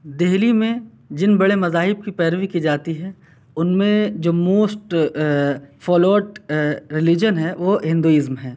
دہلی میں جن بڑے مذاہب کی پیروی کی جاتی ہے ان میں جو موسٹ فالوڈ رلیجن ہے وہ ہندوازم ہے